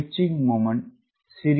pitching moment சிறியதாக இருக்கும்